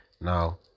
now